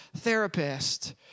therapist